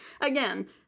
again